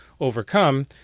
overcome